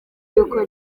yuko